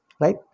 right